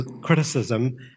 criticism